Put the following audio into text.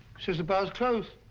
says the bar's closed.